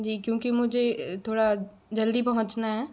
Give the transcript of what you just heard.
जी क्योंकि मुझे थोड़ा जल्दी पहुँचना है